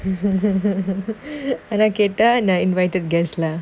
alligator and invited guest lah